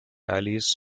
allies